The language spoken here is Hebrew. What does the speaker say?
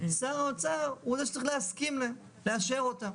שר האוצר הוא זה שצריך להסכים להן, לאשר אותן.